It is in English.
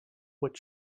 what